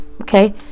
okay